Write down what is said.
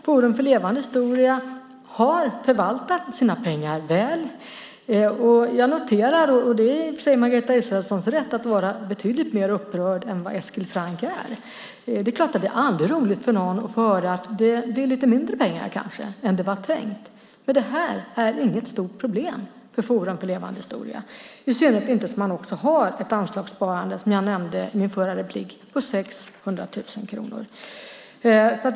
Forum för levande historia har förvaltat sina pengar väl. Det är i för sig Margareta Israelssons rätt att vara betydligt mer upprörd än vad Eskil Franck är. Det är klart att det aldrig är roligt för någon att få höra att det blir lite mindre pengar än det var tänkt. Men det här är inget stort problem för Forum för levande historia, i synnerhet som man också har ett anslagssparande, som jag nämnde i mitt förra inlägg, på 600 000 kronor.